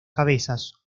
cabezas